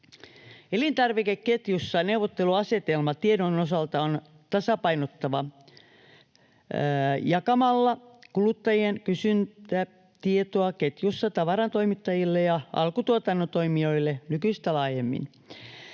Elintarvikeketjussa neuvotteluasetelma tiedon osalta on tasapainottava jakamalla kuluttajien kysyntätietoa ketjussa tavarantoimittajille ja alkutuotannon toimijoille nykyistä laajemmin.